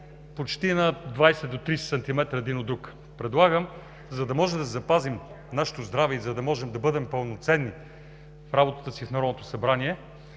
почти на 20 – 30 см един от друг. Предлагам, за да можем да запазим нашето здраве и за да можем да бъдем пълноценни в работата си в Народното събрание,